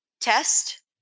test